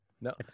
No